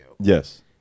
Yes